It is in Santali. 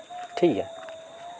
ᱴᱷᱤᱠ ᱜᱮᱭᱟ